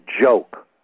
joke